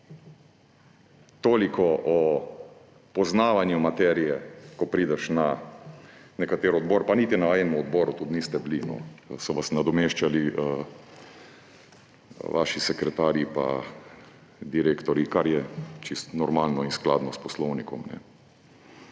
Toliko o poznavanju materije, ko prideš na odbor, pa niti na enem odboru niste bili, so vas nadomeščali vaši sekretarji pa direktorji, kar je povsem normalno in skladno s poslovnikom.